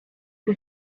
the